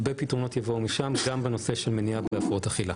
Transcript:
הרבה פתרונות יבואו משם גם בנושא של מניעה והפרעות אכילה.